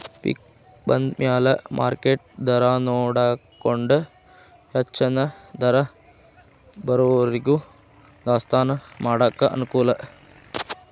ಪಿಕ್ ಬಂದಮ್ಯಾಲ ಮಾರ್ಕೆಟ್ ದರಾನೊಡಕೊಂಡ ಹೆಚ್ಚನ ದರ ಬರುವರಿಗೂ ದಾಸ್ತಾನಾ ಮಾಡಾಕ ಅನಕೂಲ